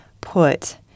put